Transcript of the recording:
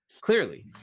clearly